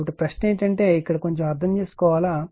కాబట్టి ప్రశ్న ఏమిటంటే ఇక్కడ కొంచెం అర్థం చేసుకోవాలి